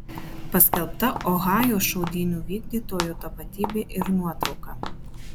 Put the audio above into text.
paskelbta ohajo šaudynių vykdytojo tapatybė ir nuotrauka